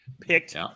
picked